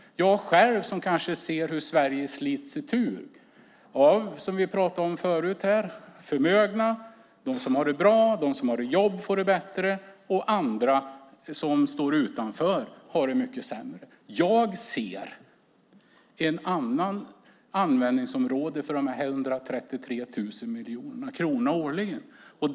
Jag själv ser hur Sverige slits itu, som vi pratade om förut. De som är förmögna, de som har det bra och de som har jobb får det bättre. Andra, som står utanför, har det mycket sämre. Jag ser ett annat användningsområde för dessa 133 000 miljoner kronor årligen.